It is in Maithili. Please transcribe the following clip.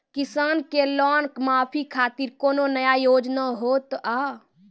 किसान के लोन माफी खातिर कोनो नया योजना होत हाव?